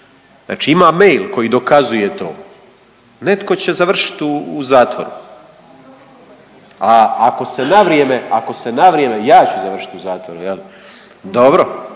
Znači ima mail koji dokazuje to. Netko će završiti u zatvoru. A ako se na vrijeme, ako se na vrijeme, ja ću završit